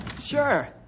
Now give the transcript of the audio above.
Sure